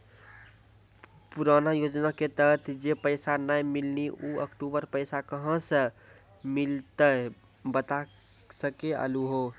पुराना योजना के तहत जे पैसा नै मिलनी ऊ अक्टूबर पैसा कहां से मिलते बता सके आलू हो?